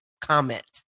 comment